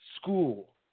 school